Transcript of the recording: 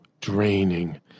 draining